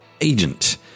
agent